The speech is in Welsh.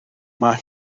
mae